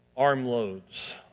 armloads